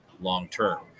long-term